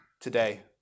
today